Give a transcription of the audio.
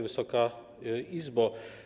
Wysoka Izbo!